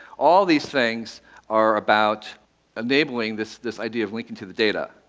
all these things are about enabling this this idea of linking to the data.